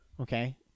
okay